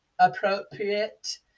Appropriate